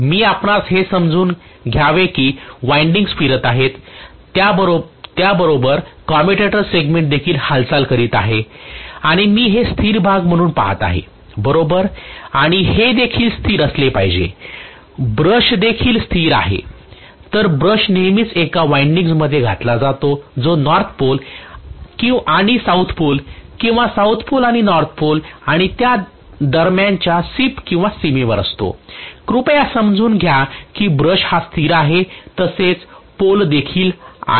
मी आपणास हे समजून घ्यावे की वायंडिंग्स फिरत आहे त्याबरोबर कम्युटेटर सेगमेंट देखील हालचाल करीत आहे आणि मी हे स्थिर भाग म्हणून पाहत आहे बरोबर आणि हे देखील स्थिर असले पाहिजे ब्रश देखील स्थिर आहे तर ब्रश नेहमीच एका वायंडिंग्स मध्ये घातला जातो जो नॉर्थ पोल आणि साऊथ पोल किंवा साऊथ पोल आणि नॉर्थ पोल आणि त्या दरम्यानच्या सीप किंवा सीमेवर असतो कृपया समजून घ्या की ब्रश हा स्थिर आहे तसेच पोल देखील आहेत